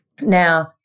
Now